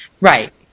Right